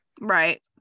Right